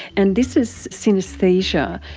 and this is synaesthesia.